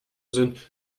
sind